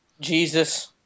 Jesus